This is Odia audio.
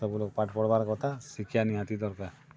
ସବୁ ଲୋକ୍ ପାଠ୍ ପଢ଼ିବାର କଥା ଶିକ୍ଷା ନିହାତି ଦରକାର